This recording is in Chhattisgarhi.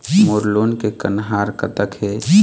मोर लोन के कन्हार कतक हे?